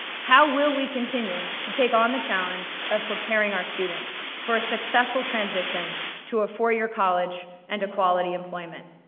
how will we continue to take on the challenge of preparing our students for a successful transition to a four year college, and to quality employment?